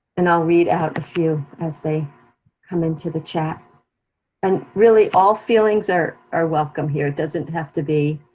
and i'll read out a few as they come into the chat and really all feelings are are welcome here. it doesn't have to be